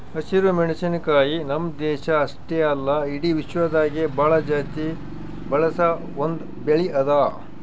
ಹಸಿರು ಮೆಣಸಿನಕಾಯಿ ನಮ್ಮ್ ದೇಶ ಅಷ್ಟೆ ಅಲ್ಲಾ ಇಡಿ ವಿಶ್ವದಾಗೆ ಭಾಳ ಜಾಸ್ತಿ ಬಳಸ ಒಂದ್ ಬೆಳಿ ಅದಾ